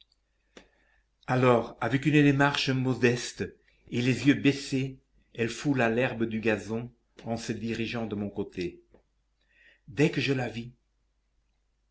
alors avec une démarche modeste et les yeux baissés elle foula l'herbe du gazon en se dirigeant de mon côté dès que je la vis